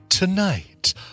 Tonight